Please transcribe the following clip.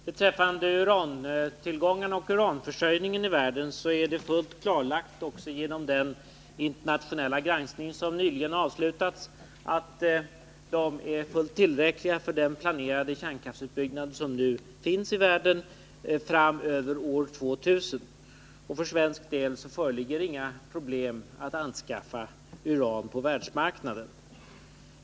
Herr talman! Beträffande urantillgångarna och uranförsörjningen i världen vill jag understryka att det också genom den internationella granskning som nyligen har avslutats helt klarlagts att tillgångarna är fullt tillräckliga för den planerade kärnkraftsutbyggnaden i världen fram till år 2000. För svensk del föreligger det inga problem att anskaffa uran på världsmarknaden.